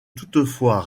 toutefois